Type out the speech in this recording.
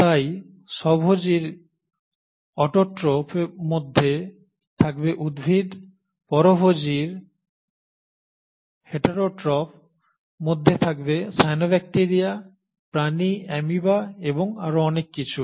তাই স্বভোজীর অটোট্রোফ মধ্যে থাকবে উদ্ভিদ পরভোজীর হিটারোট্রফস মধ্যে থাকবে সায়ানোব্যাকটিরিয়া প্রাণী অ্যামিবা এবং আরও অনেক কিছু